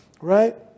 right